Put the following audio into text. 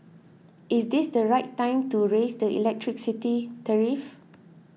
is this the right time to raise the electricity tariff